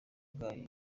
bwayo